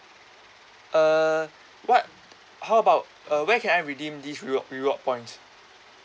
uh what how about uh where can I redeem this reward reward points